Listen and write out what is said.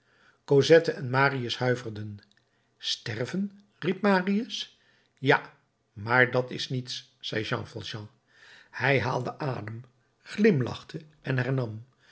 cosette en marius huiverden sterven riep marius ja maar dat is niets zei jean valjean hij haalde adem glimlachte en hernam